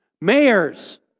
mayors